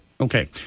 Okay